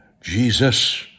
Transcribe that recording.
Jesus